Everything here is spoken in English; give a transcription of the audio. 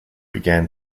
began